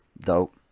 Dope